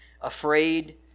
afraid